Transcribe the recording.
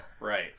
right